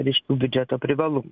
ryškių biudžeto privalumų